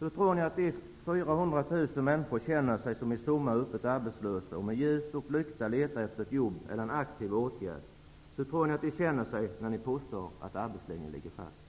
Hur tror ni att de 400 000 människor känner sig som i sommar är öppet arbetslösa och med ljus och lykta letar efter ett jobb eller en aktiv åtgärd? Hur tror ni att de känner sig, när ni påstår att arbetslinjen ligger fast?